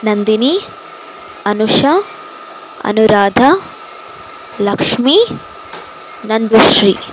Nandini Anusha Anuradha Lakshmi Nandushree